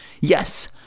Yes